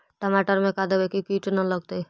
टमाटर में का देबै कि किट न लगतै?